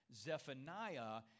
Zephaniah